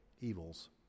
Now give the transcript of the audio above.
evils